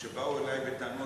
כשבאו אלי בטענות,